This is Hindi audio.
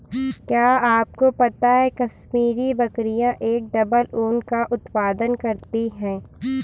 क्या आपको पता है कश्मीरी बकरियां एक डबल ऊन का उत्पादन करती हैं?